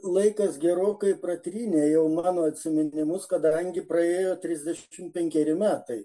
laikas gerokai pratrynė jau mano atsiminimus kadangi praėjo trisdešimt penkeri metai